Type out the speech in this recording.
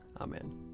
Amen